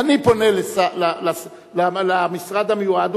אני פונה למשרד המיועד,